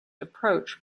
approach